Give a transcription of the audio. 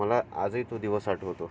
मला आजही तो दिवस आठवतो